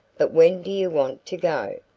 but when do you want to go?